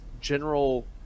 general